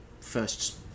first